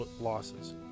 losses